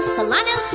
Solano